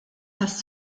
tas